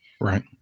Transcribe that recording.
right